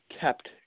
kept